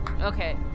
Okay